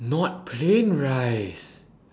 not plain rice